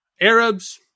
Arabs